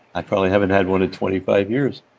i probably haven't had one in twenty five years.